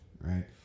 right